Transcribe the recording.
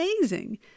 amazing